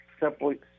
Simply